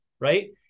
right